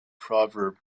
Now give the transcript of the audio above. proverb